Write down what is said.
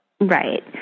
Right